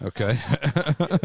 Okay